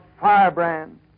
firebrand